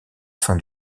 fin